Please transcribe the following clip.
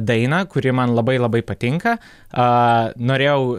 dainą kuri man labai labai patinka a norėjau